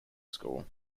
school